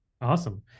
Awesome